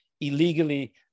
illegally